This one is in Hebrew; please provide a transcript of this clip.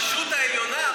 הרשות העליונה,